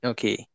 Okay